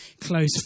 close